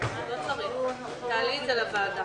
בשעה